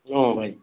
अँ भाइ